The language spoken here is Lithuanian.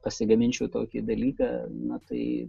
pasigaminčiau tokį dalyką na tai